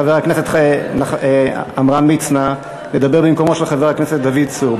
חבר הכנסת עמרם מצנע ידבר במקומו של חבר הכנסת דוד צור.